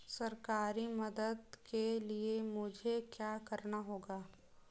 सरकारी मदद के लिए मुझे क्या करना होगा?